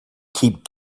keep